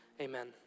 amen